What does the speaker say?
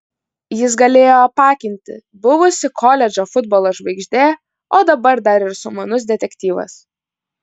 jis galėjo apakinti buvusi koledžo futbolo žvaigždė o dabar dar ir sumanus detektyvas